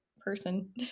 person